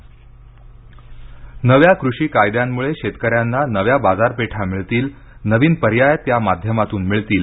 FICCI पंतप्रधान नव्या कृषी कायद्यांमुळे शेतकऱ्यांना नव्या बाजारपेठा मिळतील नवीन पर्याय त्या माध्यमातून मिळतील